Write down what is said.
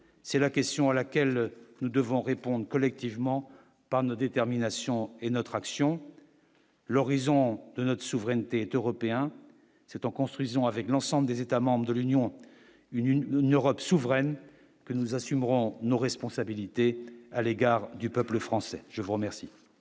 c'est la question à laquelle nous devons répondre collectivement par notre détermination et notre action. L'horizon de notre souveraineté est européen, c'est en construisant avec l'ensemble des États membres de l'Union une une n'Europe s'ouvrait n'que nous assumerons nos responsabilités à l'égard du peuple français je vous remercie.